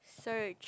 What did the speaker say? search